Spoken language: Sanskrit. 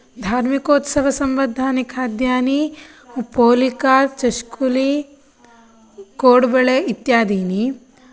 धार्मिकोत्सवसम्बद्धानि खाद्यानि पोलिका चष्कुली कोडबेळे इत्यादिनि